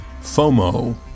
FOMO